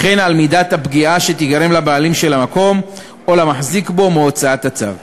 וכן על מידת הפגיעה שתיגרם לבעלים של המקום או למחזיק בו מהוצאת הצו.